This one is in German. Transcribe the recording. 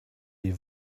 die